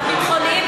בהיבטים הביטחוניים,